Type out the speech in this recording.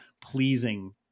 pleasing